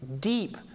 deep